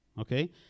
okay